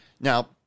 Now